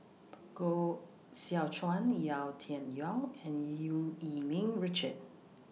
Koh Seow Chuan Yau Tian Yau and EU Yee Ming Richard